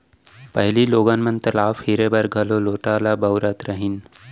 पहिली लोगन मन तलाव फिरे बर घलौ लोटा ल बउरत रहिन